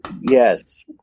Yes